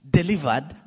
delivered